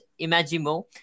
Imagimo